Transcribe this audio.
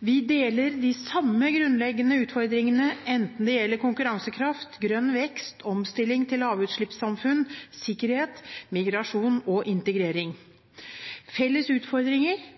Vi deler de samme grunnleggende utfordringene, enten det gjelder konkurransekraft, grønn vekst, omstilling til lavutslippssamfunn, sikkerhet, migrasjon eller integrering. Felles utfordringer,